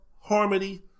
harmony